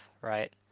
right